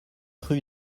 rue